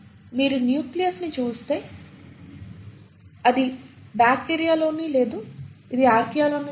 మీరు న్యూక్లియస్ ని చూస్తే అది బ్యాక్టీరియాలోనూ లేదు ఇది ఆర్కియాలోనూ లేదు